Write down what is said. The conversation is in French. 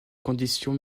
conditions